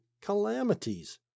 calamities